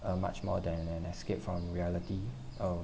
uh much more than an escape from reality uh